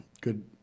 good